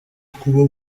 kuba